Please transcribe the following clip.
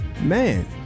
man